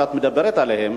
שאת מדברת עליהן,